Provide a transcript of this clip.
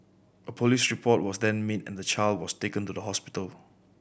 a police report was then made and the child was taken to the hospital